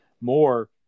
more